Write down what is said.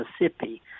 Mississippi